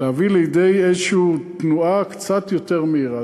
להביא לידי איזושהי תנועה קצת יותר מהירה.